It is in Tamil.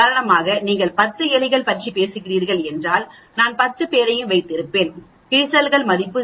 உதாரணமாக நீங்கள் 10 எலிகள் பற்றி பேசுகிறீர்கள் என்றால் நான் 10 பேரையும் வைத்திருப்பேன் கிழிசல்கள் மதிப்பு 0